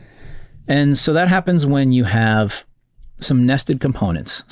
and so that happens when you have some nested components.